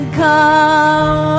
come